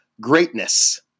greatness